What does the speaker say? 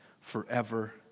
forever